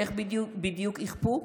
איך בדיוק יכפו?